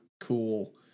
cool